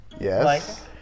Yes